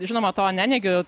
žinoma to neneigiu